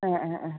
ആ ആ ആ